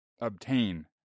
obtain